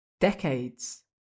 decades